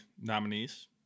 nominees